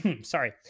sorry